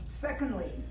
secondly